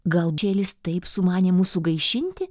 gal dželis taip sumanė mus sugaišinti